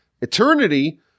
eternity